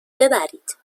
ببرید